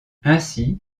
ainsi